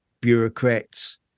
bureaucrats